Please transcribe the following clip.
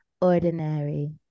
ordinary